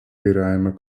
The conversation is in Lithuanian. kairiajame